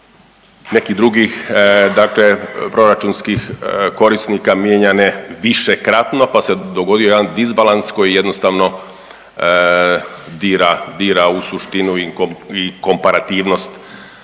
nekih drugih, dakle proračunskih korisnika mijenjane višekratno, pa se dogodio jedan disbalans koji jednostavno dira u suštinu i komparativnost